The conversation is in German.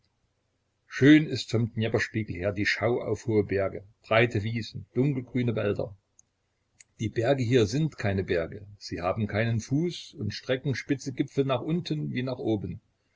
schön ist vom dnjeprspiegel her die schau auf hohe berge breite wiesen dunkelgrüne wälder die berge hier sind keine berge sie haben keinen fuß und strecken spitze gipfel nach unten wie nach oben